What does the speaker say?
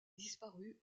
disparu